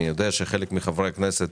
אני יודע שחלק מחברי הכנסת,